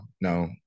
no